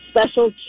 special